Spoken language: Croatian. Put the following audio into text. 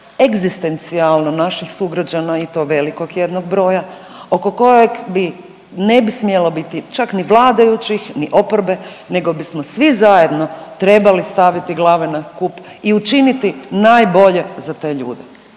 egzistencijalno naših sugrađana i to velikog jednog broja oko kojeg bi ne bi smjelo biti čak ni vladajućih, ni oporbe, nego bismo svi zajedno trebali staviti glave na kup i učiniti najbolje za te ljude.